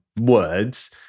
words